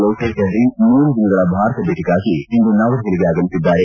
ಲೊಟೆ ಷೆರೀಂಗ್ ಮೂರು ದಿನಗಳ ಭಾರತ ಭೇಟಗಾಗಿ ಇಂದು ನವದೆಹಲಿಗೆ ಆಗಮಿಸಿದ್ದಾರೆ